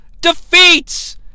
defeats